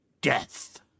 Death